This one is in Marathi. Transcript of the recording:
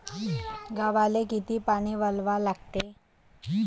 गव्हाले किती पानी वलवा लागते?